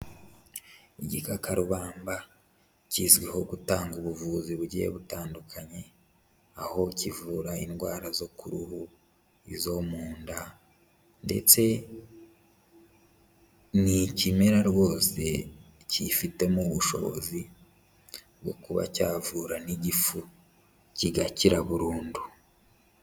Igikakarubamba kizwiho gutanga ubuvuzi bugiye butandukanye, aho kivura indwara zo ku huru, izo mu nda ndetse ni ikimera rwose cyifitemo ubushobozi bwo kuba cyavura n'igifu kigakira burundu.